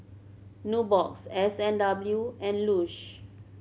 Nubox S and W and Lush